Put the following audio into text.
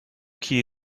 key